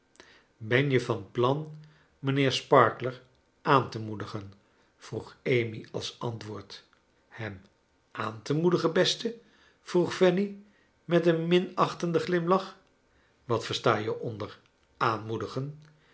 ben je van plan mijnheer sparkler aan te moedigen vroeg amy als antwoord hem aan te moedigen beste vroeg fanny met een minachtenden glimlach wat versta je onder aanmoedigen